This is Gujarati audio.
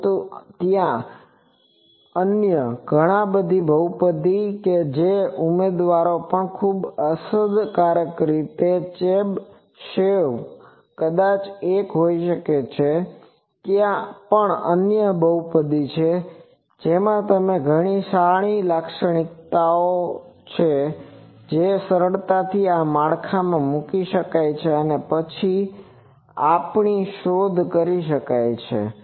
પરંતુ ત્યાં અન્ય ઘણા બધાં બહુપદી છે જે ઉમેદવારો પણ ખૂબ અસરકારક ઉમેદવારો છે ચેબીશેવ કદાચ એક હોય પણ ત્યાં પણ અન્ય બહુપદી છે જેમાં ઘણી સારી લાક્ષણિકતાઓ છે જે સરળતાથી આ માળખામાં મૂકી શકાય છે અને પછી તે આપણી શોધ કરી શકાય છે